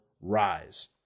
rise